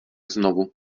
znovu